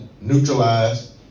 neutralized